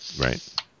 Right